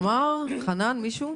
תמר, חנן, מישהו רוצה לדבר?